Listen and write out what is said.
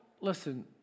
listen